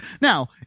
Now